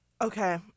okay